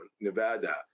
Nevada